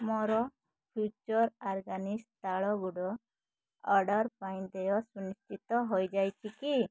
ମୋର future organics ତାଳ ଗୁଡ଼ ଅର୍ଡ଼ର୍ ପାଇଁ ଦେୟ ସୁନିଶ୍ଚିତ ହୋଇଯାଇଛି କି